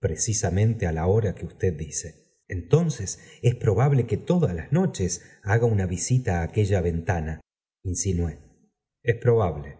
precisamente la hora que usted dice entonces es probable que todas las noches haga una visita á aquella ventana insinué es probable